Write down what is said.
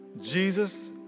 Jesus